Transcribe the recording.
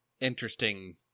interesting